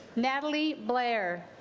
natalie blair